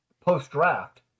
post-draft